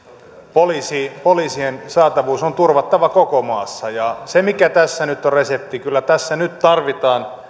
poliisien saatavuus on turvattava koko maassa ja se mikä tässä nyt on resepti kyllä tässä nyt tarvitaan